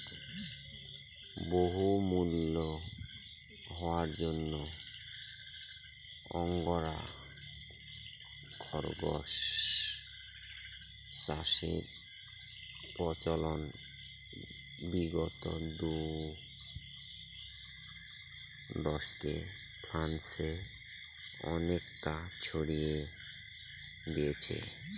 বহুমূল্য হওয়ার জন্য আঙ্গোরা খরগোস চাষের প্রচলন বিগত দু দশকে ফ্রান্সে অনেকটা ছড়িয়ে গিয়েছে